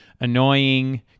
annoying